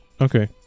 Okay